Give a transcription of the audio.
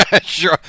Sure